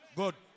good